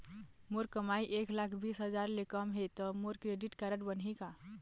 मोर कमाई एक लाख बीस हजार ले कम हे त मोर क्रेडिट कारड बनही का?